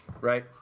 right